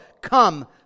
come